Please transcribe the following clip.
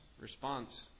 response